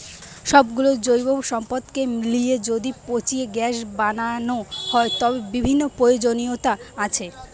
সব গুলো জৈব সম্পদকে লিয়ে যদি পচিয়ে গ্যাস বানানো হয়, তার বিভিন্ন প্রয়োজনীয়তা আছে